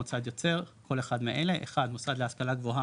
"מוסד יוצר" כל אחד מאלה: מוסד להשכלה גבוהה